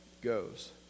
goes